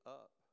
up